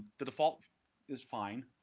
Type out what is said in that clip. the default is fine.